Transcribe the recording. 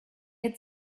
had